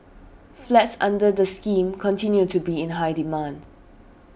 flats under the scheme continue to be in high demand